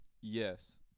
Yes